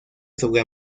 sobre